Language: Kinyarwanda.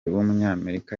w’umunyamerika